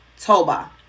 toba